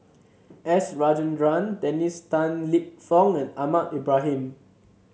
S Rajendran Dennis Tan Lip Fong and Ahmad Ibrahim